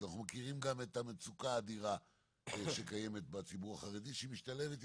אנחנו מכירים גם את המצוקה האדירה שקיימת בציבור החרדי,